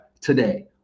today